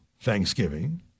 Thanksgiving